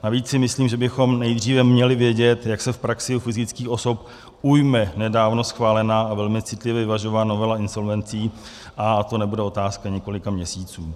Navíc si myslím, že bychom nejdříve měli vědět, jak se v praxi u fyzických osob ujme nedávno schválená a velmi citlivě vyvážená novela insolvencí, a to nebude otázka několika měsíců.